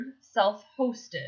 self-hosted